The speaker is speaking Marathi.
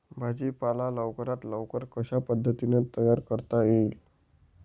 भाजी पाला लवकरात लवकर कशा पद्धतीने तयार करता येईल?